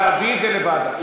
להביא את זה לוועדה.